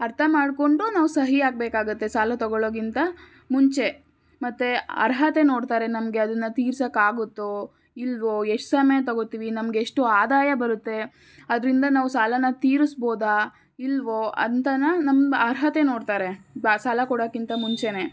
ಅರ್ಥ ಮಾಡಿಕೊಂಡು ನಾವು ಸಹಿ ಹಾಕಬೇಕಾಗತ್ತೆ ಸಾಲ ತಗೊಳ್ಳೋಕಿಂತ ಮುಂಚೆ ಮತ್ತು ಅರ್ಹತೆ ನೋಡ್ತಾರೆ ನಮಗೆ ಅದನ್ನು ತೀರ್ಸಕ್ಕೆ ಆಗುತ್ತೋ ಇಲ್ಲವೋ ಎಷ್ಟು ಸಮಯ ತಗೋತೀವಿ ನಮಗೆಷ್ಟು ಆದಾಯ ಬರುತ್ತೆ ಅದರಿಂದ ನಾವು ಸಾಲನ ತೀರಿಸ್ಬೋದ ಇಲ್ಲವೋ ಅಂತನ ನಮ್ಮ ಅರ್ಹತೆ ನೋಡ್ತಾರೆ ಸಾಲ ಕೊಡೊಕ್ಕಿಂತ ಮುಂಚೆನೆ